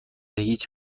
هیچ